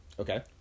Okay